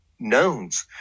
knowns